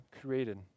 created